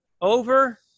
over